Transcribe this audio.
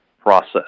process